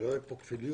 שלא יהיו פה כפילויות.